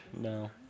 No